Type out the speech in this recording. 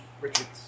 Richards